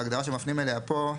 ההגדרה שמפנים אליה פה,